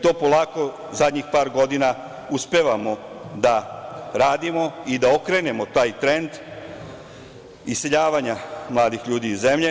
To polako zadnjih par godina uspevamo da radimo i da okrenemo taj trend iseljavanja mladih ljudi iz zemlje.